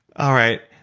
all right,